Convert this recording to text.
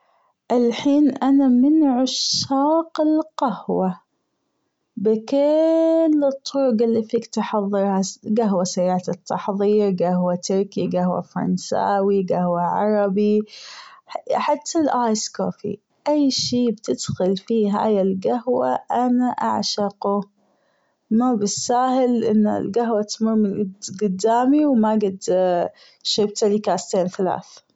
الحين أنا من عشاق القهوة بكل الطرق اللي فيك تحظرها جهوة سريعة التحضير جهوة تركي جهوة فرنساوي جهوة عربي حتى الأيس كوفي أي شي بتدخل فيه هي الجهوة أنا أعشقه ما بالساهل أنه الجهوة تمر من جدامي وما جد شربتلي كاسين ثلاث.